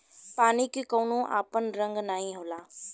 पानी के कउनो आपन रंग नाही होला